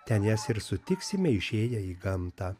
ten jas ir sutiksime išėję į gamtą